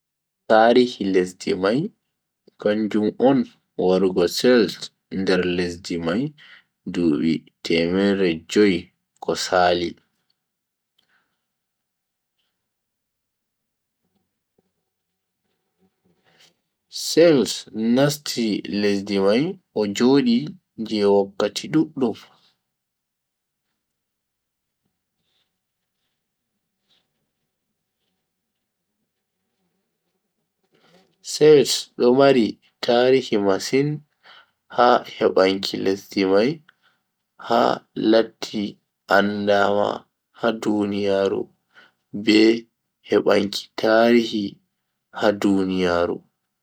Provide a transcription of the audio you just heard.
Tarihi lesdi mai kanjum on warugo celts nder lesdi mai dubi temerre jui ko Sali. celts nasti lesdi mai o Jodi je wakkati duddum. celts do mari tarihi masin ha hebanki lesdi mai ha latti andaama ha duniyaaru be hebanki tarihi ha duniyaaru.